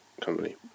company